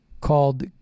called